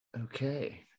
Okay